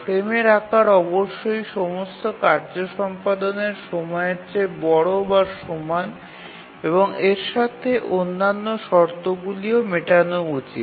ফ্রেমের আকার অবশ্যই সমস্ত কার্য সম্পাদনের সময়ের চেয়ে বড় বা সমান এবং এর সাথে অন্যান্য শর্তগুলিও মেটানো উচিত